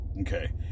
Okay